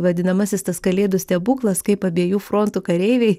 vadinamasis tas kalėdų stebuklas kaip abiejų frontų kareiviai